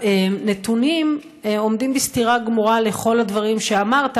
הנתונים עומדים בסתירה גמורה לכל הדברים שאמרת,